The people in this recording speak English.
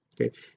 Okay